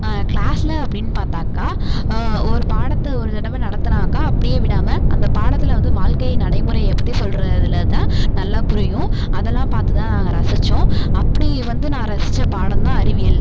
க்ளாஸ்ல அப்படின்னு பார்த்தாக்கா ஒரு பாடத்தை ஒரு தடவை நடத்துனாக்கா அப்படியே விடாமல் அந்த பாடத்தில் வந்து வாழ்க்கை நடைமுறையை பற்றி சொல்கிறதுலதான் நல்லா புரியும் அதெல்லாம் பார்த்துதான் நாங்கள் ரசித்தோம் அப்படி வந்து நான் ரசித்த பாடந்தான் அறிவியல்